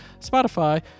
Spotify